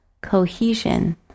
cohesion